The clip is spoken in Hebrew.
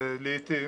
לעתים